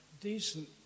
decent